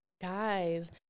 guys